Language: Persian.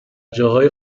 جاهای